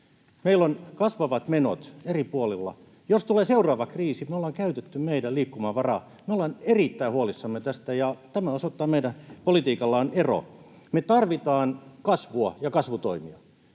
meillä on kasvavat menot eri puolilla. Jos tulee seuraava kriisi, me ollaan käytetty meidän liikkumavaramme. Me ollaan erittäin huolissamme tästä, ja tämä osoittaa, että meidän politiikalla on ero. Me tarvitaan kasvua ja kasvutoimia.